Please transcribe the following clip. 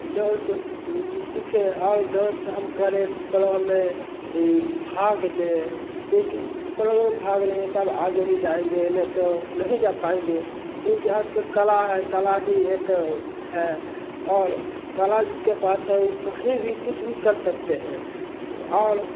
dance सीखें और dance हम करें भाग लें क्योंकि में भाग लेंगे तब आगे ही जाएँगे नहीं तो नहीं जा पाएँगे क्योंकि आजकल कला है कला ही एक है और कला जिसके पास है वो कहीं भी कुछ भी कर सकते हैं और